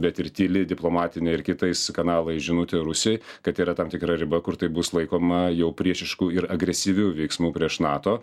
bet ir tyli diplomatinė ir kitais kanalais žinutė rusijai kad yra tam tikra riba kur tai bus laikoma jau priešišku ir agresyviu veiksmu prieš nato